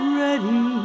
ready